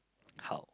how